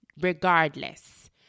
regardless